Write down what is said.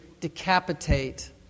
decapitate